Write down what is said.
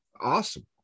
Awesome